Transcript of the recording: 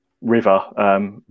river